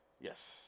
Yes